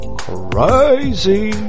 crazy